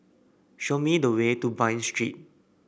show me the way to Bain Street